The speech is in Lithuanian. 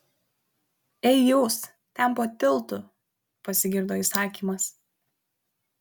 ei jūs ten po tiltu pasigirdo įsakymas